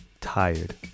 tired